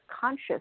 conscious